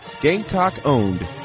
Gamecock-owned